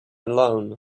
alone